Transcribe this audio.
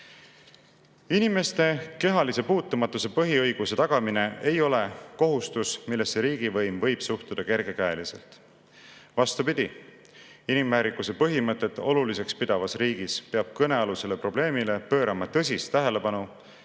kehalise puutumatuse põhiõiguse tagamine ei ole kohustus, millesse riigivõim võib suhtuda kergekäeliselt. Vastupidi, inimväärikuse põhimõtet oluliseks pidavas riigis peab kõnealusele probleemile pöörama tõsist tähelepanu,